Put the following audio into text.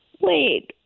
Wait